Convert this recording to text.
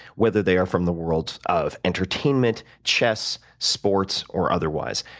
whether they are from the worlds of entertainment, chess, sports, or otherwise.